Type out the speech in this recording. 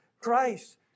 christ